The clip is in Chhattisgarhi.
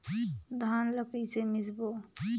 धान ला कइसे मिसबो?